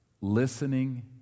Listening